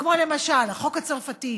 כמו למשל החוק הצרפתי,